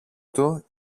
του